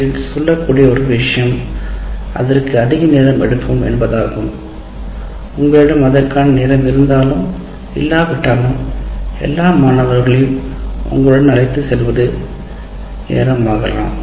நீங்கள் சொல்லக்கூடிய ஒரே விஷயம் அதற்கு அதிக நேரம் எடுக்கும் என்பதாகும் உங்களிடம் அதற்கான நேரம் இருந்தாலும் இல்லாவிட்டாலும் இருந்தால் அல்லது இல்லை எல்லா மாணவர்களையும் உங்களுடன் அழைத்துச் செல்லுவதற்கு நேரம் ஆகலாம்